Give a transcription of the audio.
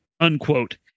unquote